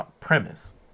premise